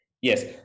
Yes